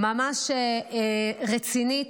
ממש רצינית,